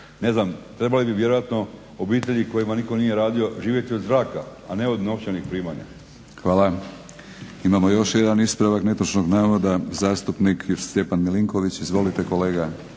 Ne znam, trebali bi vjerojatno obitelji kojima nitko nije radio živjeti od zraka, a ne od novčanih primanja. **Batinić, Milorad (HNS)** Hvala. Imamo još jedan ispravak netočnog navoda zastupnik Stjepan Milinković. Izvolite kolega.